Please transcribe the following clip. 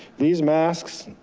these masks,